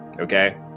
okay